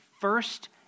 first